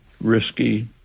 Risky